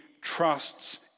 trusts